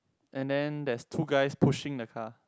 and then there's two guys pushing the car